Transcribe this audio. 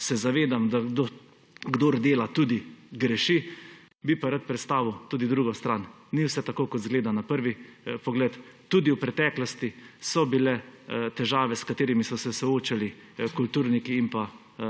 se zavedam, kdor dela tudi greši, bi pa rad predstavil tudi drugo stran, ni vse tako, kot izgleda na prvi pogled. Tudi v preteklosti so bile težave, s katerimi so se soočali kulturniki in pa